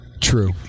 True